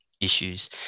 issues